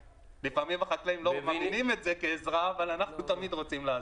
לפעמים החקלאים לא מבינים את זה כעזרה אבל אנחנו תמיד רוצים לעזור.